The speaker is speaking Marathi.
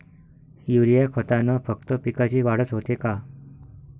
युरीया खतानं फक्त पिकाची वाढच होते का?